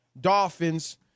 Dolphins